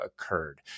occurred